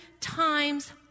times